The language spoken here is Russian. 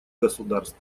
государств